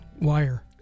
wire